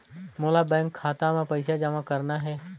मोला बैंक खाता मां पइसा जमा करना हे?